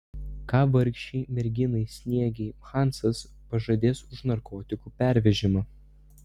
ką vargšei merginai sniegei hansas pažadės už narkotikų pervežimą